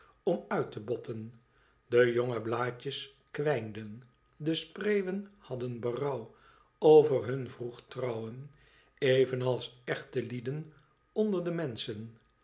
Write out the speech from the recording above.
om uit te botten de jonge blaadjes kwijnden de spreeuwen hadden berouw over hun vroeg trouwen evenals echtelieden onder de menschen